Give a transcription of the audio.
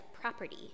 property